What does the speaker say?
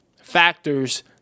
factors